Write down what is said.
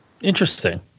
Interesting